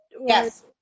Yes